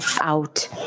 out